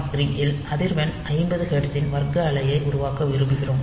3 இல் அதிர்வெண் 50 ஹெர்ட்ஸின் வர்க்க அலையை உருவாக்க விரும்புகிறோம்